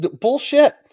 bullshit